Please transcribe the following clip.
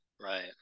Right